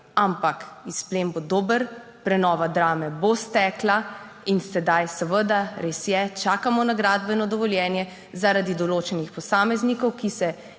ampak izplen bo dober, prenova Drame bo stekla. In sedaj seveda, res je, čakamo na gradbeno dovoljenje zaradi določenih posameznikov, ki se